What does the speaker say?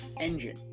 engine